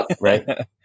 Right